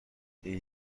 این